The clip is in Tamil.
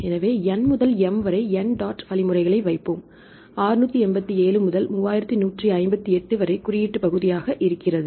எனவே n முதல் m வரை n டாட் வழிமுறைகளை வைப்போம் 687 முதல் 3158 வரை குறியீட்டு பகுதியாக இருக்கிறது